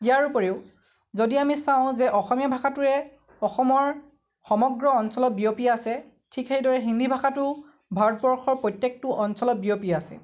ইয়াৰোপৰিও যদি আমি চাওঁ যে অসমীয়া ভাষাটোৱে অসমৰ সমগ্ৰ অঞ্চলত বিয়পি আছে ঠিক সেইদৰে হিন্দী ভাষাটোও ভাৰতবৰ্ষৰ প্ৰত্যেকটো অঞ্চলত বিয়পি আছে